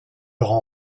rend